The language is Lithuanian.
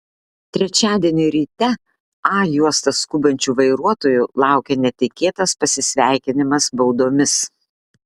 trečiadienį ryte a juosta skubančių vairuotojų laukė netikėtas pasisveikinimas baudomis